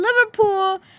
Liverpool